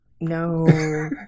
No